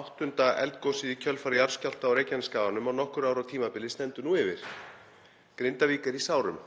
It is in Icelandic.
Áttunda eldgosið í kjölfar jarðskjálfta á Reykjanesskaganum á nokkurra ára tímabili stendur nú yfir. Grindavík er í sárum.